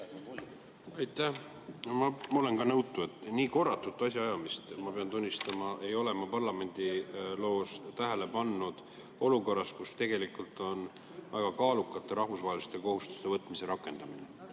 Aitäh! Ma olen ka nõutu. Nii korratut asjaajamist, ma pean tunnistama, ei ole ma parlamendiloos tähele pannud. Olukorras, kus tegelikult on [arutusel] väga kaalukate rahvusvaheliste kohustuste võtmise rakendamine,